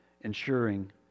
ensuring